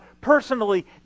personally